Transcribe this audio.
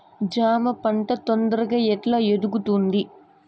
జామ పంట తొందరగా ఎట్లా ఎదుగుతుంది?